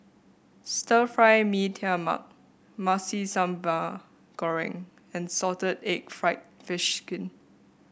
Stir Fry Mee Tai Mak Nasi Sambal Goreng and Salted Egg fried fish skin